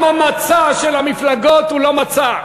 גם המצע של המפלגות הוא לא מצע.